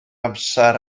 amser